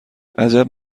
عجب